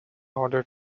order